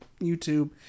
youtube